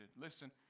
Listen